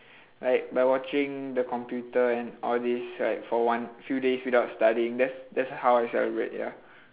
like by watching the computer and all these right for one few days without studying that's that's how I celebrate ya